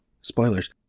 spoilers